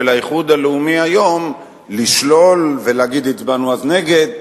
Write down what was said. האיחוד הלאומי היום לשלול ולהגיד: הצבענו אז נגד,